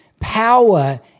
power